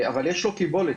אבל יש לנת"צ קיבולת.